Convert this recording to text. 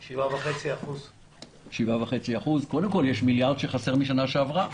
7.5%. קודם כול יש מיליארד שחסר משנה שעברה.